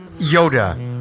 Yoda